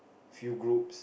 few groups